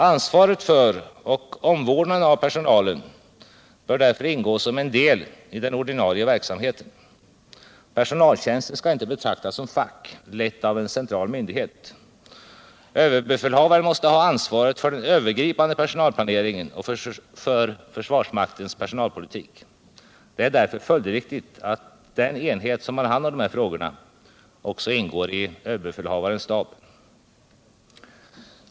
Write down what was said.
Ansvaret för och omvårdnaden av personalen bör därför ingå som en del i den ordinarie verksamheten. Personaltjänsten skall inte betraktas som fack, lett av en central myndighet. Överbefälhavaren måste emellertid ha ansvaret för den övergripande personalplaneringen och för försvarsmaktens personalpolitik. Det är därför följdriktigt att den enhet som har hand om dessa frågor ingår i överbefälhavarens stab.